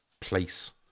place